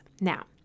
Now